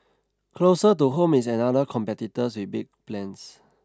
closer to home is another competitor with big plans